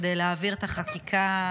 כדי להעביר את החקיקה,